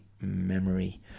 memory